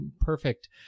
perfect